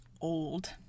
old